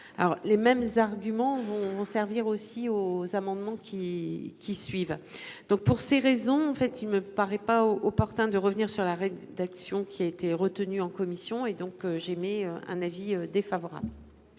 les mêmes arguments vont servir aussi aux amendements qui qui suivent. Donc pour ces raisons en fait, il me paraît pas opportun de revenir sur la règle d'action qui a été retenu en commission et donc j'émets un avis défavorable.--